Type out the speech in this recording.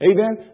Amen